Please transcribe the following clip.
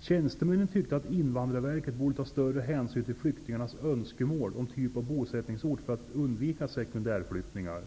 tjänstemännen tyckte att Invandrarverket borde ta större hänsyn till flyktingarnas önskemål om typ av bosättningsort för att undvika sekundärflyktingar.